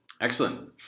Excellent